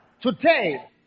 Today